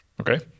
okay